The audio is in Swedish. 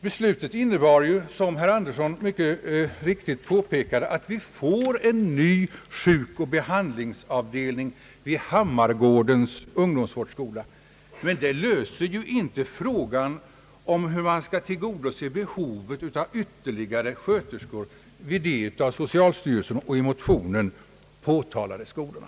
Beslutet innebär ju, som herr Andersson mycket riktigt påpekade, att vi får en ny sjukoch behandlingsavdelning vid Hammargårdens <ungdomsvårdsskola. Men det löser inte frågan om hur man skall tillgodose behovet av ytterligare sköterskor vid de av socialstyrelsen och i motionen påtalade skolorna.